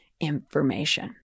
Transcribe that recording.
information